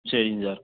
சரிங் சார்